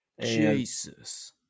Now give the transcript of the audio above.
Jesus